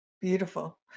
Beautiful